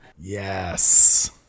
Yes